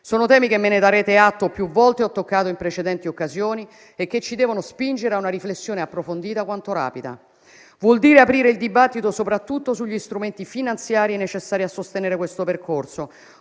Sono temi che - me ne darete atto - più volte ho toccato in precedenti occasioni e che ci devono spingere a una riflessione approfondita, quanto rapida. Vuol dire aprire il dibattito soprattutto sugli strumenti finanziari necessari a sostenere questo percorso,